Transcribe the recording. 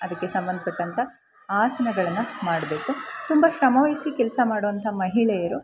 ಅದಕ್ಕೆ ಸಂಬಂಧಪಟ್ಟಂಥ ಆಸನಗಳನ್ನು ಮಾಡಬೇಕು ತುಂಬ ಶ್ರಮವಹಿಸಿ ಕೆಲಸ ಮಾಡುವಂಥ ಮಹಿಳೆಯರು